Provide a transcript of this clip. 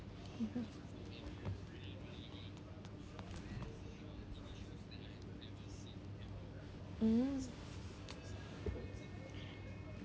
mmhmm mm